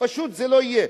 פשוט זה לא יהיה.